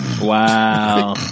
Wow